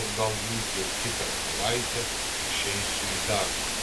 ir galbūt jau kitą savaitę išeisiu į darbą